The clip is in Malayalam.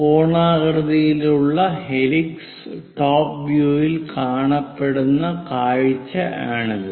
കോണാകൃതിയിലുള്ള ഹെലിക്സ് ടോപ് വ്യൂയിൽ കാണപ്പെടുന്നു കാഴ്ച ആണിത്